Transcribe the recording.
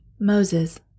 Moses